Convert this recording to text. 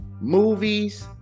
movies